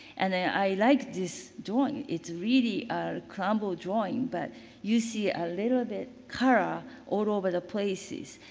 and i like this drawing. it's really a crumbled drawing, but you see a little bit color ah all over the places.